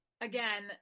Again